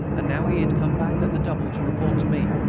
and now he had come back at the double to report to me.